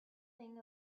thing